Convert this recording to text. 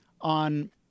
on